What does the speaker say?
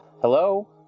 Hello